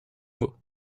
mots